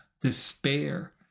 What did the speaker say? despair